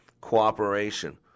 cooperation